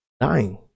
dying